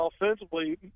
offensively